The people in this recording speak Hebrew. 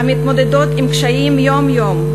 המתמודדות עם קשיים יום-יום.